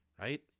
Right